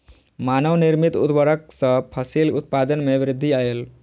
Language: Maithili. मानव निर्मित उर्वरक सॅ फसिल उत्पादन में वृद्धि आयल